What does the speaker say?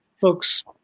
folks